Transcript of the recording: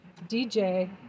DJ